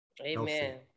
Amen